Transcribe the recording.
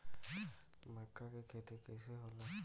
मका के खेती कइसे होला?